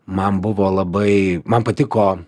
man buvo labai man patiko